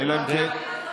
אלא אם כן,